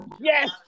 Yes